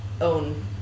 own